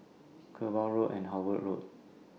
Kerbau Road and Howard Road